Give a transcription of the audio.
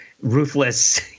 ruthless